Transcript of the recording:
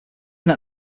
they